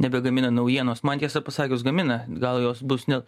nebegamina naujienos man tiesą pasakius gamina gal jos bus ne